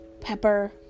pepper